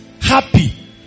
happy